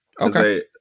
Okay